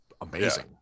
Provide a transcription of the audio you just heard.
amazing